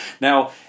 Now